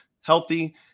healthy